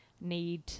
need